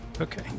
Okay